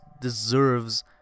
deserves